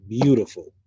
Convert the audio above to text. beautiful